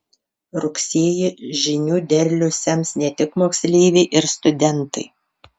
rugsėjį žinių derlių sems ne tik moksleiviai ir studentai